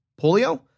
Polio